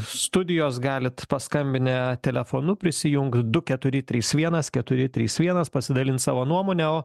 studijos galit paskambinę telefonu prisijungt du keturi trys vienas keturi trys vienas pasidalint savo nuomone o